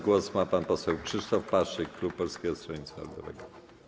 Głos ma pan poseł Krzysztof Paszyk, klub Polskiego Stronnictwa Ludowego.